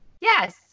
Yes